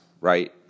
right